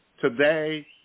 Today